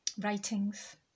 writings